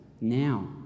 now